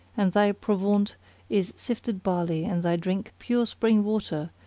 and thy provaunt is sifted barley and thy drink pure spring water,